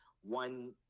One